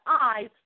eyes